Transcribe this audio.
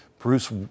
Bruce